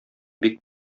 бик